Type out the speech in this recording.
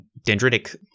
dendritic